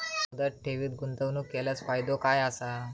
मुदत ठेवीत गुंतवणूक केल्यास फायदो काय आसा?